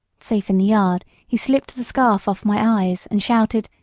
safe in the yard, he slipped the scarf off my eyes, and shouted,